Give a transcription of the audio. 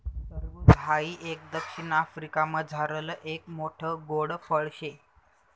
टरबूज हाई एक दक्षिण आफ्रिकामझारलं एक मोठ्ठ गोड फळ शे